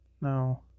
no